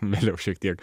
vėliau šiek tiek